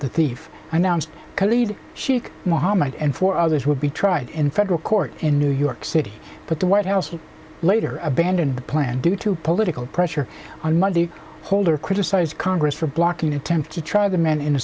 the thief announced sheikh mohammad and four others will be tried in federal court in new york city but the white house later abandoned the plan due to political pressure on monday holder criticized congress for blocking attempt to try the man in